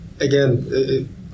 Again